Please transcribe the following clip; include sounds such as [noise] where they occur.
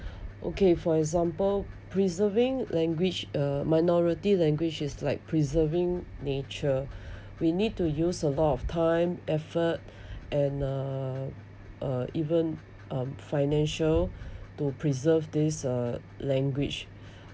okay for example preserving language uh minority language is like preserving nature [breath] we need to use a lot of time effort and uh even um financial to preserve this uh language